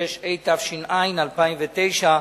66), התש"ע 2009,